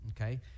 Okay